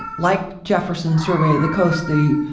ah like jefferson surveyed the coast, the,